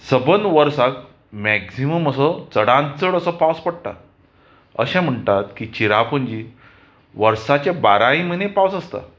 सबंद वर्साक मॅक्झिमम असो चडांत चड असो पावस पडटा अशें म्हणटात की चिरापुंजी वर्साचे बाराय म्हयने पावस आसा